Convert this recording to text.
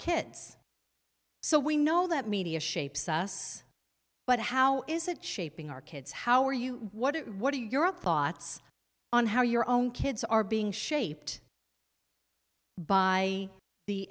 kids so we know that media shapes us but how is it shaping our kids how are you what it what are your thoughts on how your own kids are being shaped by the